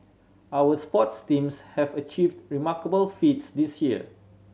our sports teams have achieved remarkable feats this year